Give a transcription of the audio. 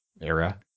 era